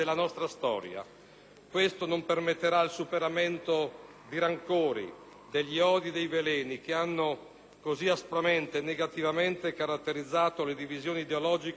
Questo non permetterà il superamento dei rancori, degli odi, dei veleni che hanno così aspramente e negativamente caratterizzato le divisioni ideologiche nel nostro Paese,